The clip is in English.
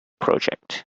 project